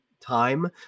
time